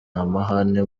amahame